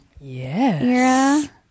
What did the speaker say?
Yes